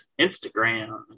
Instagram